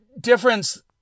difference